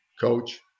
coach